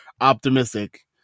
optimistic